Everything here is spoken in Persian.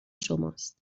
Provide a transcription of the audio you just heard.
شماست